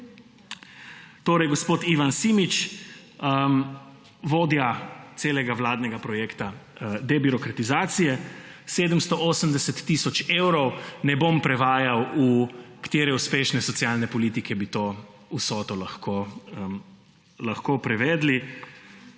evrov«. Gospod Ivan Simič, vodja celega vladnega projekta debirokratizacije. 780 tisoč evrov. Ne bom prevajal, v katere uspešne socialne politike bi to vsoto lahko prevedli.